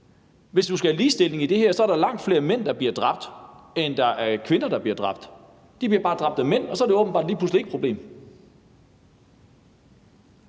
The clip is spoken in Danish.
Hvis man skal have ligestilling inden for det her, må man sige, at der er langt flere mænd, der bliver dræbt, end der er kvinder, der bliver dræbt. De bliver bare dræbt af andre mænd, og så er det åbenbart lige pludselig ikke et problem.